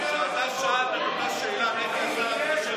כשאתה שאלת את אותה שאלה אמרתי לך לא.